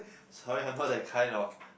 sorry I thought that kind of